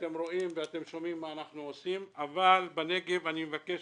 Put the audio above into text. אתם רואים ואתם שומעים מה אנחנו עושים אבל בנגב אני מבקש,